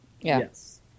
Yes